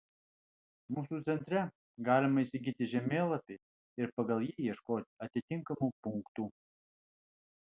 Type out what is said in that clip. mūsų centre galima įsigyti žemėlapį ir pagal jį ieškoti atitinkamų punktų